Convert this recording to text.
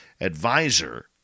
advisor